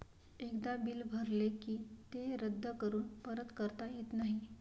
एकदा बिल भरले की ते रद्द करून परत करता येत नाही